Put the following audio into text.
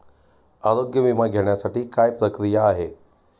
आरोग्य विमा घेण्यासाठी काय प्रक्रिया आहे?